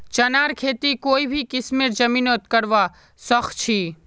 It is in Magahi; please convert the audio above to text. चनार खेती कोई भी किस्मेर जमीनत करवा सखछी